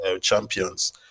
champions